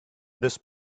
this